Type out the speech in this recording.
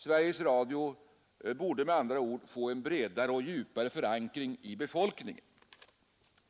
Sveriges Radio borde med andra ord få en bredare och djupare förankring i befolkningen.